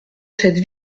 cette